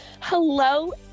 hello